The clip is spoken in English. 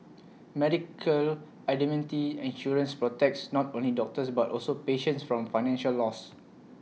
medical indemnity insurance protects not only doctors but also patients from financial loss